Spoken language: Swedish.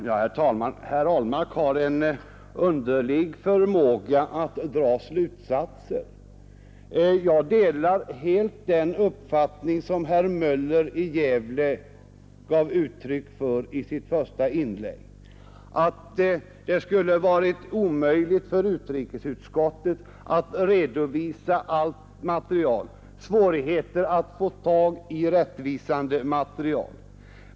Herr talman! Herr Ahlmark har en underlig förmåga att dra slutsatser. Jag delar helt den uppfattning som herr Möller i Gävle gav uttryck för i sitt första inlägg. Det skulle vara omöjligt för utrikesutskottet att redovisa allt material, och det är svårigheter att få tag i rättvisande material.